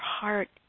heart